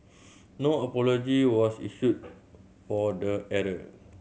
no apology was issued for the error